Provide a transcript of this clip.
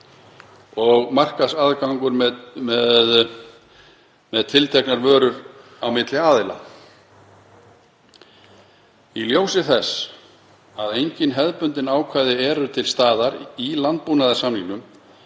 og markaðsaðgangur með tilteknar vörur milli aðila. Í ljósi þess að engin hefðbundin ákvæði eru til staðar í landbúnaðarsamningnum,